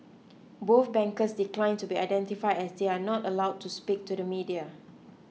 both bankers declined to be identified as they are not allowed to speak to the media